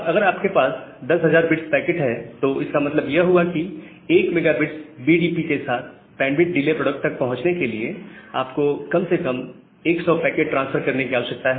अगर आपके पास 10000 bits पैकेट है तो इसका मतलब यह हुआ कि 1 megabits बीडीपी के साथ बैंडविड्थ डिले प्रोडक्ट तक पहुंचने के लिए आपको कम से कम 100 पैकेट ट्रांसफर करने की आवश्यकता है